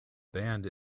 band